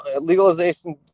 legalization